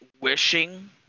wishing